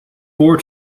four